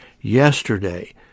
yesterday